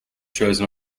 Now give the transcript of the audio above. chose